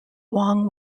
wong